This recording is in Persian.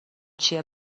چیه